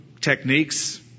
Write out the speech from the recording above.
techniques